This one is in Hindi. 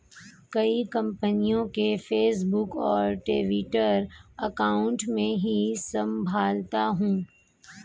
कई कंपनियों के फेसबुक और ट्विटर अकाउंट मैं ही संभालता हूं